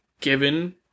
given